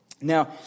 Now